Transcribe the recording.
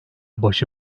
başı